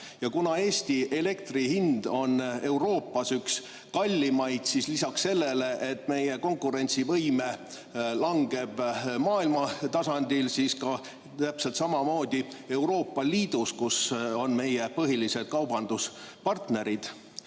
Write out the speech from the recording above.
Kuna Eesti elektri hind on Euroopas üks kallimaid, siis lisaks sellele, et meie konkurentsivõime langeb maailma tasandil, langeb see täpselt samamoodi ka Euroopa Liidus, kus on meie põhilised kaubanduspartnerid.